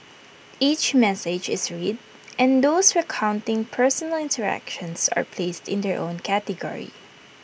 each message is read and those recounting personal interactions are placed in their own category